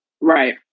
Right